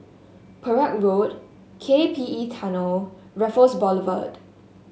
Perak Road K P E Tunnel Raffles Boulevard